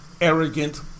arrogant